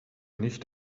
nicht